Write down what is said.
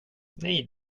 nej